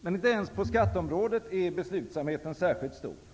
Men inte ens på skatteområdet är beslutsamheten särskilt stor.